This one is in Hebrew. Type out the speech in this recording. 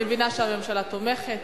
אני מבינה שהממשלה תומכת.